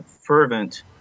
fervent